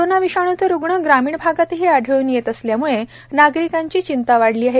corona विषाणूचे रुग्ण ग्रामीण भागातही आढळून येत असल्याम्ळे नागरिकांची चिंता वाढली आहे